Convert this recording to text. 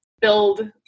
build